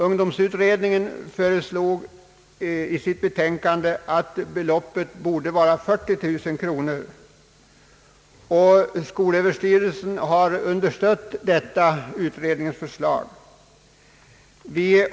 Ungdomsutred-- ningen föreslog i sitt betänkande att beloppet skulle vara 40 000 kronor, och: skolöverstyrelsen har understött utred-- ningens förslag.